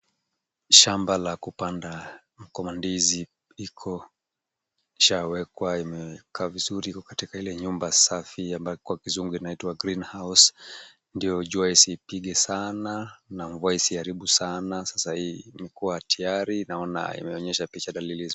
Shamba la kupanda wa mko ndizi iko ishaawekwa, imekaa vizuri iko katika ile nyumba safi ambayo kwa kizungu inaitwa Greenhouse ndio jua isipige sana na mvua isiharibu sana. Sasa hii imekuwa tiyari, naona imeonyesha picha dalili za